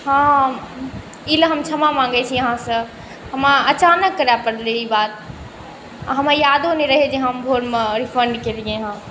हाँ एहिलए हम क्षमा माँगै छी अहाँसँ हमरा अचानक करऽ पड़लै ई बात हमरा यादो नहि रहै जे हम भोरमे रिफण्ड केलिए हँ